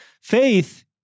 Faith